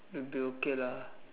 the okay lah